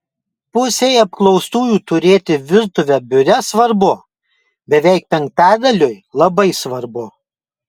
pusei apklaustųjų turėti virtuvę biure svarbu beveik penktadaliui labai svarbu